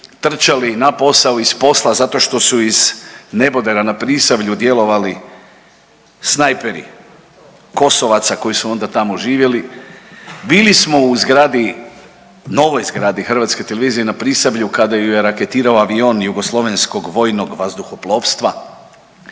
trčali na posao i s posla zato što su iz nebodera na Prisavlju djelovali snajperi Kosovaca koji su onda tamo živjeli, bili smo u zgradi, novoj zgradi HTV-a na Prisavlju kada ju je raketirao avion Jugoslovenskog vojnog vazuhoplovstva